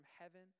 heaven